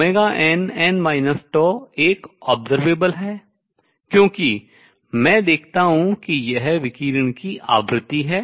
nn τ एक observable प्रेक्षणीय है क्योंकि मैं देखता हूँ कि यह विकिरण की आवृत्ति है